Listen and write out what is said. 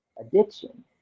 addiction